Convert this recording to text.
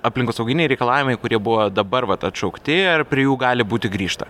aplinkosauginiai reikalavimai kurie buvo dabar vat atšaukti ar prie jų gali būti grįžta